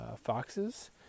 foxes